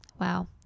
Wow